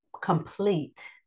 complete